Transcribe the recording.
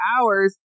hours